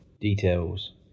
Details